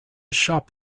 shop